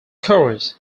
chorus